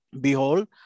Behold